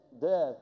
death